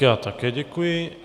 Já také děkuji.